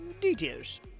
details